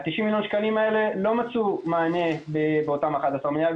ה-90 מיליון שקלים האלה לא מצאו מענה באותם 11 מיליארד.